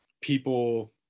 people